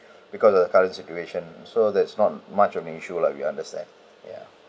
because the current situation so that's not much of the issue lah we understand ya